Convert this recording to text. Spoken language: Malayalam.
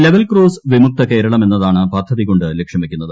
ലെവൽക്രോസ് പ്പിച്ചുക്തകേരളം എന്നതാണ് പദ്ധതികൊണ്ട് ലക്ഷ്യംവയ്ക്കുന്നത്